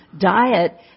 diet